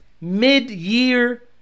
mid-year